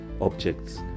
objects